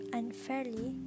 unfairly